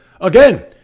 again